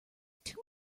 too